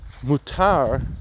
mutar